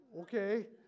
Okay